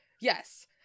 Yes